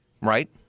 right